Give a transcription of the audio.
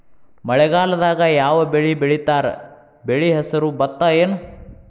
ಮಳೆಗಾಲದಾಗ್ ಯಾವ್ ಬೆಳಿ ಬೆಳಿತಾರ, ಬೆಳಿ ಹೆಸರು ಭತ್ತ ಏನ್?